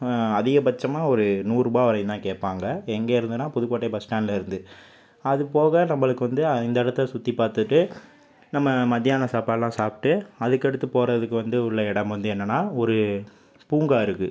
அதிகபட்சமா ஒரு நூறுபாய் வரையுந்தான் கேட்பாங்க எங்கேருந்துனா புதுக்கோட்டை பஸ்ஸ்டாண்ட்டில் இருந்து அதுப்போக நம்மளுக்கு வந்து இந்த இடத்த சுற்றிப் பார்த்துட்டு நம்ம மதியான சாப்பாடுலாம் சாப்பிட்டு அதுக்கடுத்து போகிறதுக்கு வந்து உள்ள இடம் வந்து என்னென்னா ஒரு பூங்கா இருக்குது